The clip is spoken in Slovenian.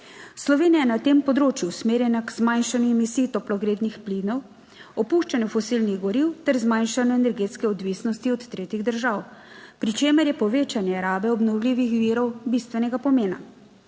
Slovenija je na tem področju usmerjena k zmanjšanju emisij toplogrednih plinov, opuščanju fosilnih goriv ter zmanjšanju energetske odvisnosti od tretjih držav, pri čemer je povečanje rabe obnovljivih virov bistvenega pomena.